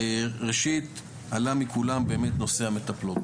ראשית, עלה מכולם באמת, נושא המטפלות